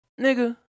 nigga